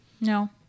No